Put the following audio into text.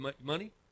money